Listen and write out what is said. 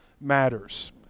matters